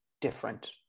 different